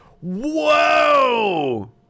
Whoa